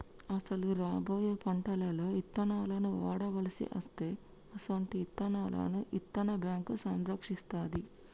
అసలు రాబోయే పంటలలో ఇత్తనాలను వాడవలసి అస్తే అసొంటి ఇత్తనాలను ఇత్తన్న బేంకు సంరక్షిస్తాది